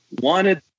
wanted